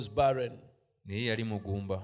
barren